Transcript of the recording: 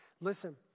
Listen